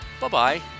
Bye-bye